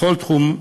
בכל תחום.